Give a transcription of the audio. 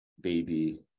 Baby